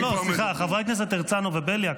חברי הכנסת הרצנו ובליאק,